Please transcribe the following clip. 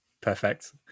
Perfect